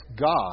God